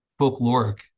folkloric